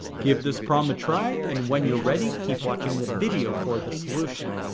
give this problem a try and when you're ready keep watching the video for the solution.